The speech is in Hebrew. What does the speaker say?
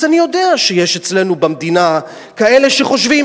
אז אני יודע שיש אצלנו במדינה כאלה שחושבים